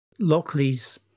Lockleys